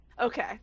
Okay